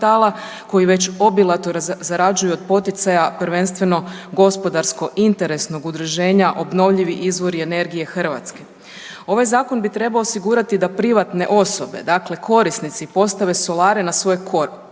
koji već obilato zarađuju od poticaja prvenstveno gospodarsko interesnog udruženja Obnovljivi izvori energije Hrvatske. Ovaj zakon bi trebao osigurati da privatne osobe, dakle korisnici postave solare na svoje